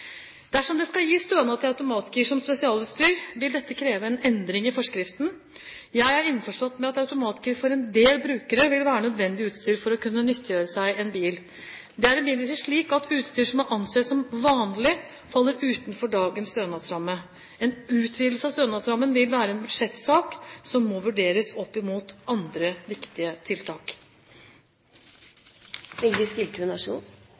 Dersom det skal gis stønad til automatgir som spesialutstyr, vil dette kreve en endring i forskriften. Jeg er innforstått med at automatgir for en del brukere vil være nødvendig utstyr for å kunne nyttiggjøre seg en bil. Det er imidlertid slik at utstyr som er ansett for vanlig, faller utenfor dagens stønadsramme. En utvidelse av stønadsrammen vil være en budsjettsak, som må vurderes opp mot andre viktige